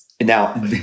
Now